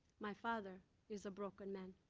my father is a broken man.